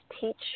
teach